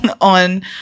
on